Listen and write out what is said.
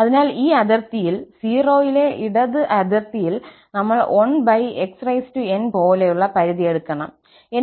അതിനാൽ ഈ അതിർത്തിയിൽ 0 ലെ ഇടത് അതിർത്തിയിൽ നമ്മൾ 1xn പോലെയുള്ള പരിധി എടുക്കണം